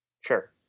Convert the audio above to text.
Sure